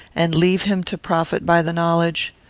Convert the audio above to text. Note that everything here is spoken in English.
and leave him to profit by the knowledge?